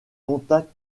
contact